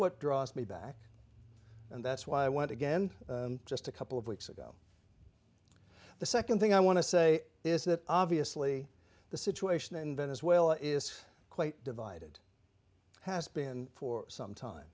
what draws me back and that's why i went again just a couple of weeks ago the second thing i want to say is that obviously the situation in venezuela is quite divided has been for some time